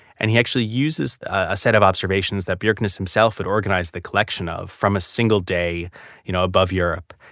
and he actually uses a set of observations that bjerknes himself would organize the collection of from a single day you know above europe.